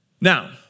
Now